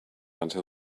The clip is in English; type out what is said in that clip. until